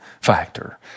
factor